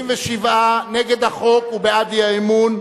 37 נגד החוק ובעד האי-אמון,